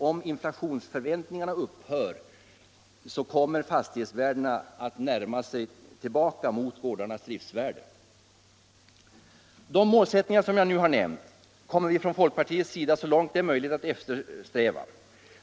Om inflationsförväntningarna upphör kommer fastighetsvärdena att åter närma sig gårdarnas driftvärde. De målsättningar som jag nu har nämnt kommer vi från folkpartiets sida så långt det är möjligt att eftersträva.